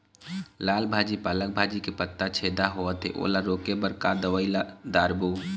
लाल भाजी पालक भाजी के पत्ता छेदा होवथे ओला रोके बर का दवई ला दारोब?